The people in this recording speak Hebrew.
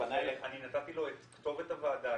אני נתתי לו את כתובת הוועדה,